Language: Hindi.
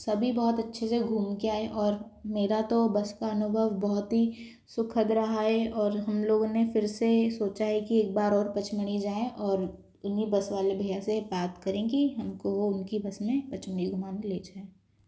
सभी बहुत अच्छे से घूम कर आए और मेरा तो बस का अनुभव बहुत ही सुखद रहा है और हम लोगों ने फिर से सोचा है कि एक बार और पचमणी जाए और इन्हीं बस वाले भैया से बात करेंगे हमको वह उनकी बस में पचमणी घूमाने ले जाएँ